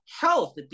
health